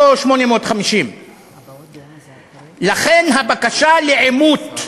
לא 850. לכן הבקשה לעימות,